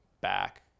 back